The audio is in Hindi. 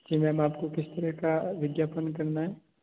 जी मैम आपको किस तरह का विज्ञापन करना है